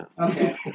Okay